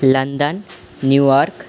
London New York